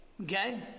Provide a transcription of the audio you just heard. okay